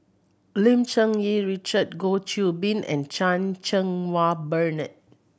Lim Cherng Yih Richard Goh Qiu Bin and Chan Cheng Wah Bernard